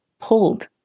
pulled